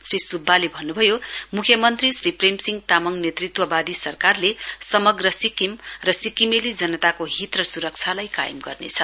श्री सुब्बाले भन्नुभयो मुख्यमन्त्री श्री प्रेम सिंह तामाङ नेतृत्ववादी सरकारले समग्र सिक्किम र सिक्किमेली जनताको हित र स्रक्षालाई कायम गर्नेछ